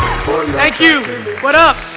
thank you what up?